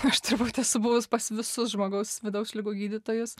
aš turbūt esu buvus pas visus žmogaus vidaus ligų gydytojus